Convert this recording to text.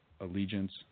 Allegiance